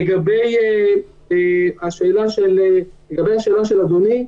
לגבי השאלה של אדוני,